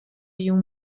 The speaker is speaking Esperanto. iom